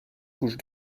couche